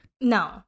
No